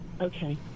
Okay